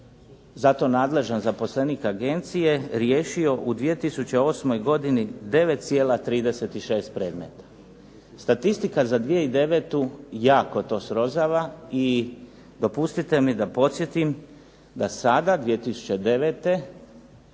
za to nadležan zaposlenik agencije riješio u 2008. godini 9,36 predmeta. Statistika za 2009. jako to srozava i dopustite mi da podsjetim da sada 2009. svakom